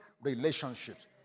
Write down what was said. relationships